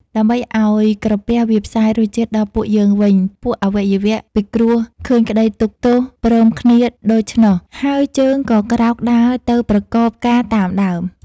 ដើម្បីឱ្យក្រពះវាផ្សាយ រសជាតិដល់ពួកយើងវិញ ពួកអវយវៈពិគ្រោះឃើញក្តីទុក្ខទោសព្រមគ្នាដូច្នោះ ហើយ ជើងក៏ក្រោកដើរទៅប្រកបការតាមដើម។